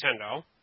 Nintendo